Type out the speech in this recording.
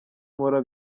nkora